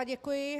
Děkuji.